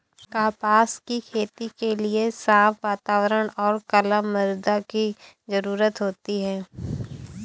कपास की खेती के लिए साफ़ वातावरण और कला मृदा की जरुरत होती है